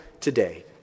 today